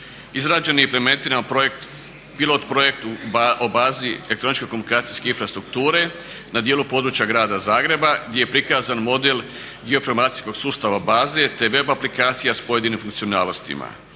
razumije./… projekt, pilot projekt o bazi elektroničke komunikacijske infrastrukture na dijelu područja Grada Zagreba gdje je prikazan model informacijskog sustava baze te web aplikacija s pojedinim funkcionalnostima.